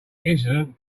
incident